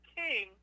king